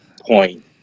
point